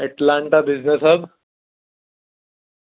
atlanta business hub